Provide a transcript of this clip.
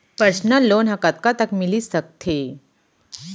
Personal loan ह कतका तक मिलिस सकथे?